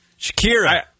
Shakira